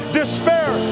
despair